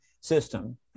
system